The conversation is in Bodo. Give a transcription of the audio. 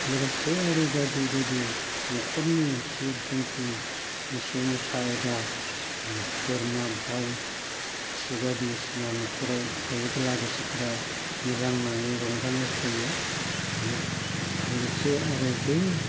लोगोसे आरो बायदि बायदि न'खरनि जिब जुन्थु मोसौ मोसा एबा बोरमा दाउ हांसो बायदि सिना न'खराव थायोब्ला गोसोफ्रा मोजां नाङो रंजानाय फैयो लोगोसे आरो बै